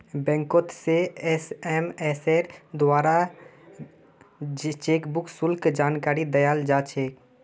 बैंकोत से एसएमएसेर द्वाराओ चेकबुक शुल्केर जानकारी दयाल जा छेक